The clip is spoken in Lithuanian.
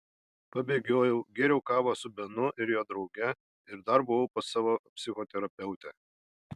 pabėgiojau gėriau kavą su benu ir jo drauge ir dar buvau pas savo psichoterapeutę